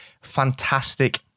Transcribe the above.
fantastic